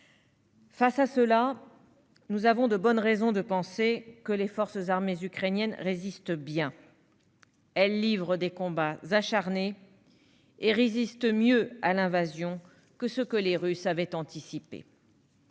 Face à cela, nous avons de bonnes raisons de penser que les forces armées ukrainiennes résistent bien. Elles livrent des combats acharnés et font mieux face à l'invasion que ce que les Russes avaient anticipé.